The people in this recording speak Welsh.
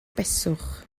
beswch